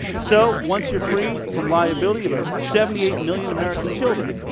so, once you're free from liability of ah seventy eight million american children.